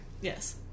Yes